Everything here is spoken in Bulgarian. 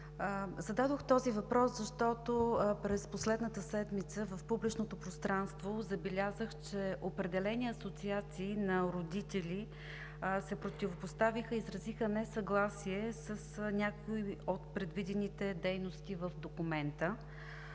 Зададох този въпрос, защото през последната седмица в публичното пространство забелязах, че определени асоциации на родители се противопоставиха и изразиха несъгласие с някои от предвидените дейности в документа.